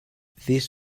this